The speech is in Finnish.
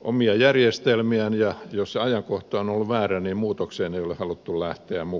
omien järjestelmiensä puolta ja jos se ajankohta on ollut väärä niin muutokseen ei ole haluttu lähteä mukaan